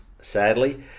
sadly